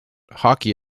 hockey